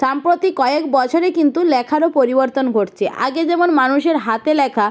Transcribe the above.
সম্প্রতি কয়েক বছরে কিন্তু লেখারও পরিবর্তন ঘটছে আগে যেমন মানুষের হাতে লেখা